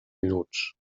minuts